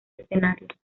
escenarios